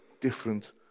different